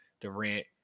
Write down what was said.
Durant